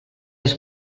els